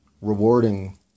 rewarding